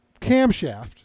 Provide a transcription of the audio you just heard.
camshaft